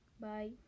Bye